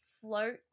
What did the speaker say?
float